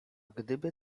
gdyby